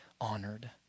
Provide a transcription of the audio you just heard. honored